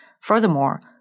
Furthermore